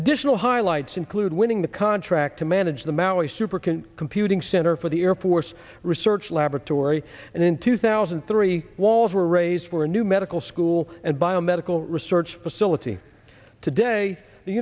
additional highlights include winning the contract to manage the maui super can computing center for the air force research laboratory and in two thousand and three walls were raised for a new medical school and biomedical research facility today the